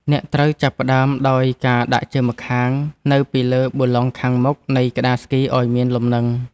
អ្នកត្រូវចាប់ផ្ដើមដោយការដាក់ជើងម្ខាងនៅពីលើប៊ូឡុងខាងមុខនៃក្ដារស្គីឱ្យមានលំនឹង។